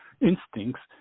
instincts